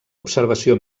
observació